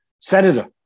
Senator